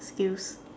skills